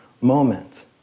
moment